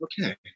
okay